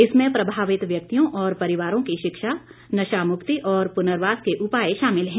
इसमें प्रभावित व्यक्तियों और परिवारों की शिक्षा नशामुक्ति और पुनर्वास के उपाय शामिल हैं